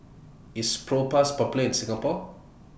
IS Propass Popular in Singapore